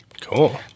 Cool